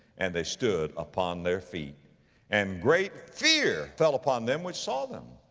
and they stood upon their feet and great fear fell upon them which saw them.